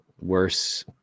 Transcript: worse